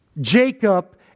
Jacob